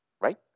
right